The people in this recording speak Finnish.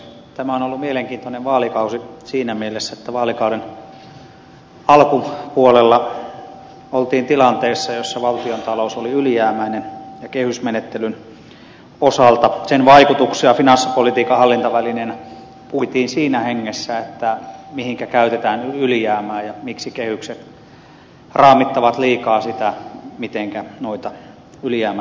tämä on ollut mielenkiintoinen vaalikausi siinä mielessä että vaalikauden alkupuolella oltiin tilanteessa jossa valtiontalous oli ylijäämäinen ja kehysmenettelyn osalta sen vaikutuksia finanssipolitiikan hallintavälineenä puitiin siinä hengessä että mihinkä käytetään ylijäämää ja miksi kehykset raamittavat liikaa sitä mitenkä noita ylijäämävaroja käytetään